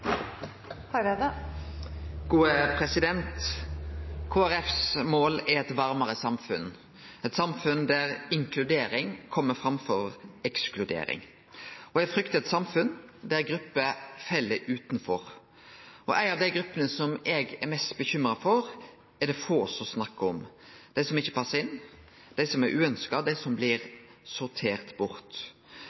samfunn, eit samfunn der inkludering kjem framfor ekskludering. Eg fryktar eit samfunn der grupper fell utanfor. Ei av dei gruppene som eg er mest bekymra for, er det få som snakkar om: dei som ikkje passar inn, dei som er uønskte, dei som blir sorterte bort.